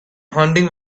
hunting